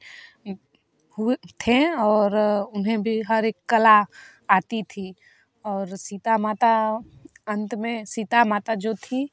हुए थे और उन्हें भी हर एक कला आती थी और सीता माता अंत में सीता माता जो थी